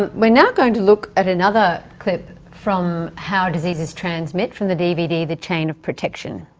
we're now going to look at another clip from how diseases transmit from the dvd the chain of protection.